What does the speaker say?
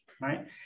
Right